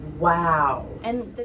Wow